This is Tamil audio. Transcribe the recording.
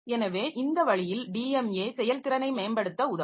எனவே இந்த வழியில் டிஎம்ஏ செயல்திறனை மேம்படுத்த உதவும்